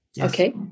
Okay